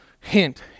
Hint